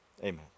Amen